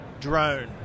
drone